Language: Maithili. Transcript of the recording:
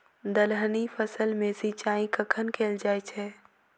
दलहनी फसल मे सिंचाई कखन कैल जाय छै?